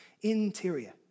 interior